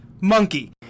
monkey